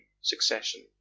succession